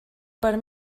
per